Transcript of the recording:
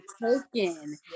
token